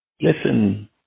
Listen